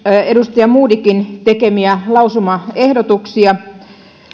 edustaja modigin tekemiä lausumaehdotuksia